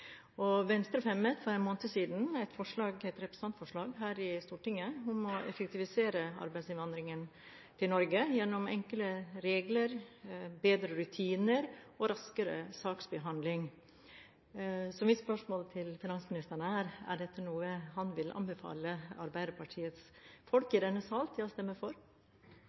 Venstre fremmet for en måned siden et representantforslag her i Stortinget om å effektivisere arbeidsinnvandringen til Norge gjennom enkle regler, bedre rutiner og raskere saksbehandling. Så mitt spørsmål til finansministeren er: Er dette noe han vil anbefale Arbeiderpartiets folk i denne salen til å stemme for?